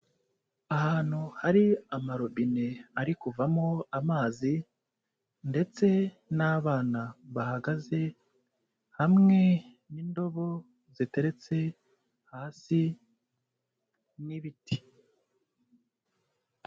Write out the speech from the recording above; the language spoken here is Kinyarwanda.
Ahantu hari amarobine ari kuvamo amazi ndetse n'abana bahagaze hamwe n'indobo ziteretse hasi n'ibiti.